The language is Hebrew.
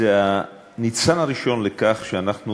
זה הניצן הראשון שמבשר שאנחנו